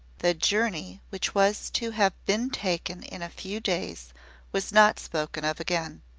the journey which was to have been taken in a few days was not spoken of again.